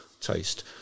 taste